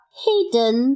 hidden